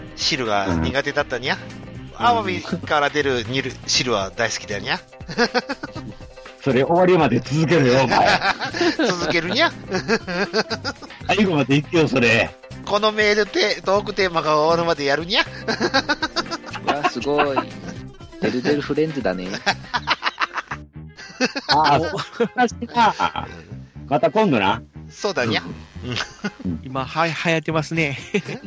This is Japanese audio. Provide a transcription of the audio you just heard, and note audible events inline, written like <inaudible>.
汁が苦手だったにゃ。うん。青みから出る煮る汁は大好きだにゃ。 <laughs> それ終わりまで続けろよ、お前。 <laughs> 続けるにゃ。 <laughs> <laughs> 最後まで言ってよ、それ。このメールテ-トークテーマが終わるまでやるにゃ。 <laughs> うわ、すごい。 <laughs> てるてるフレンズだね。 <laughs> あ、そうか。 <laughs> また今度な。そうだにゃ。 <laughs> うん。今、は-流行ってますね。 <laughs>